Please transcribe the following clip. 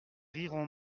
riront